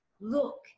look